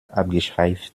abgeschweift